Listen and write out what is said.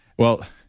well,